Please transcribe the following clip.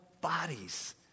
bodies